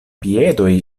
piedoj